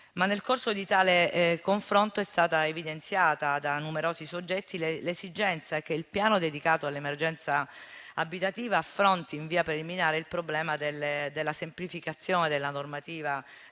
nel corso di tale confronto è stata evidenziata da numerosi soggetti l'esigenza che il piano dedicato all'emergenza abitativa affronti in via preliminare il problema della semplificazione della normativa di